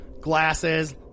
glasses